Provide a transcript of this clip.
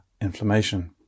inflammation